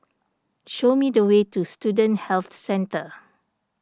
show me the way to Student Health Centre